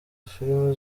filime